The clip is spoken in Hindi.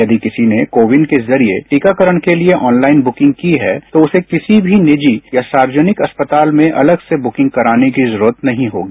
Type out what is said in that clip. यदि किसी ने को विन के जरिए टीकाकरण के लिए ऑनलाइन ब्रुकिंग की है तो उसे किसी भी निजी या सार्वजनिक अस्पताल में अलग से बुकिंग कराने की जरूरत नहीं होगी